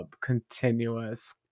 continuous